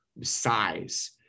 size